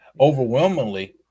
Overwhelmingly